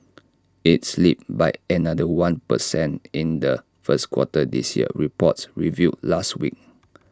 IT slipped by another one per cent in the first quarter this year reports revealed last week